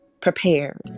prepared